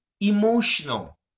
emotional